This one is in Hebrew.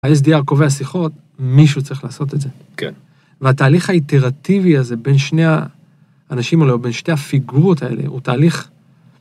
‫ה-SDR קובע שיחות, ‫מישהו צריך לעשות את זה. -כן. -והתהליך האיטרטיבי הזה בין שני ה...אנשים האלה, או בין שתי הפיגורות האלה, ‫הוא תהליך...